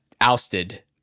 ousted